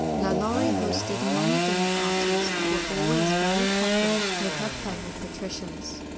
lalaurie hosted many dinner parties that were always very popular with her fellow patricians.